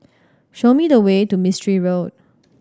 show me the way to Mistri Road